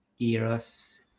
eros